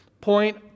point